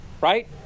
Right